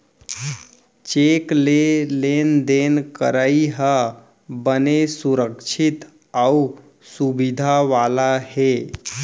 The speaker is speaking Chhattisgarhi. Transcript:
चेक ले लेन देन करई ह बने सुरक्छित अउ सुबिधा वाला हे